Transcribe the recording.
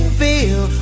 feel